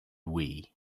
wii